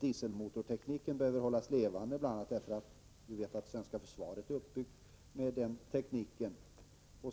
Dieselmotortekniken behöver hållas levande, bl.a. därför att vårt försvar är uppbyggt med denna teknik.